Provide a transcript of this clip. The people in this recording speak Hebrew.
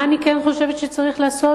מה אני כן חושבת שצריך לעשות?